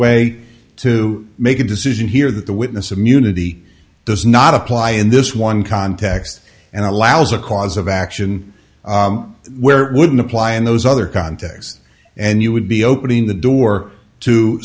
way to make a decision here that the witness immunity does not apply in this one context and allows a cause of action where it wouldn't apply in those other contexts and you would be opening the door t